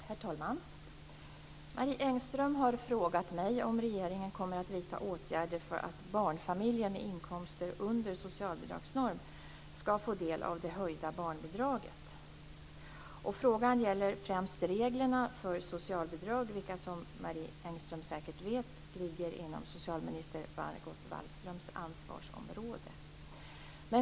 Herr talman! Marie Engström har frågat mig om regeringen kommer att vidta åtgärder för att barnfamiljer med inkomster under socialbidragsnorm skall få del av det höjda barnbidraget. Frågan gäller främst reglerna för socialbidrag vilka, som Marie Engström säker vet, ligger inom socialminister Margot Wallströms ansvarsområde.